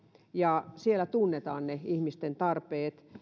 ja siellä tunnetaan ne ihmisten tarpeet